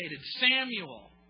Samuel